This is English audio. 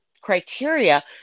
criteria